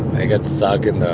i got stuck in